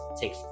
Take